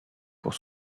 pour